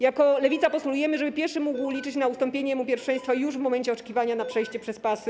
Jako Lewica postulujemy, żeby pieszy mógł liczyć na ustąpienie mu pierwszeństwa już w momencie oczekiwania na przejście przez pasy.